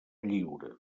lliure